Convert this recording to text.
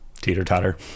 teeter-totter